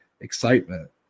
excitement